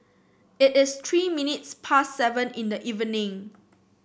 it is three minutes past seven in the evening